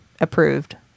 approved